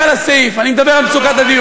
אני לא מדבר על הסעיף, אני מדבר על מצוקת הדיור.